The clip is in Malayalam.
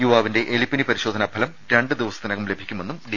യുവാവിന്റെ എലിപ്പനി പരിശോധനാ ഫലം രണ്ട് ദിവസത്തിനകം ലഭിക്കുമെന്നും ഡി